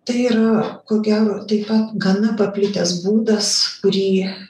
tai yra ko gero taip pat gana paplitęs būdas kurį